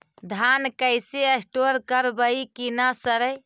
धान कैसे स्टोर करवई कि न सड़ै?